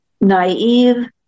naive